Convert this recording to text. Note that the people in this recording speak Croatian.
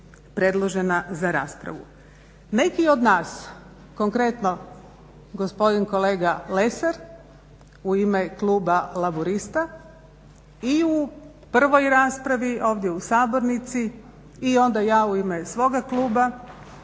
predložena za raspravu. Neki od nas, konkretno gospodin kolega Lesar u ime kluba Laburista i u prvoj raspravi ovdje u sabornici i onda ja u ime svoga kluba